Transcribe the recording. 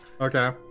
Okay